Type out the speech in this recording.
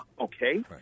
Okay